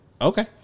Okay